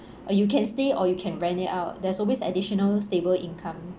or you can stay or you can rent it out there's always additional stable income